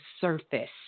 surface